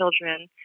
children